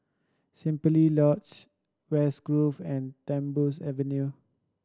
Simply Lodge West Grove and Tembusu Avenue